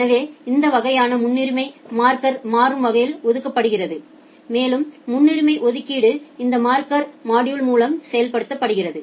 எனவே அந்த வகையில் முன்னுரிமை மார்க்கர் மாறும் வகையில் ஒதுக்கப்படுகிறது மேலும் முன்னுரிமை ஒதுக்கீடு இந்த மார்க்கர் மாடுலே மூலம் செய்யப்படுகிறது